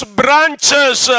branches